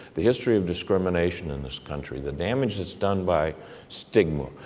the history of discrimination in this country, the damage that's done by stigma,